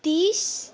तिस